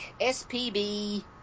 SPB